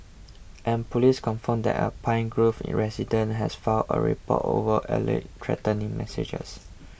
and police confirmed that a Pine Grove resident has filed a report over alleged threatening messages